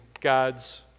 God's